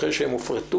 אחרי שהן הופרטו,